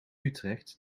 utrecht